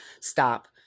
stop